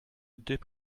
deux